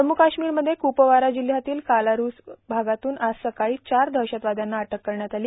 जम्मू काश्मीर मध्ये क्पवारा जिल्ह्यातील कालारूस भागातून आज सकाळी चार दहशतवाद्यांना अटक करण्यात आली